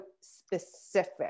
specific